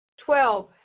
Twelve